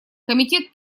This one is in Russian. комитет